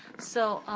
so,